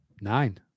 nine